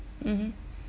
mmhmm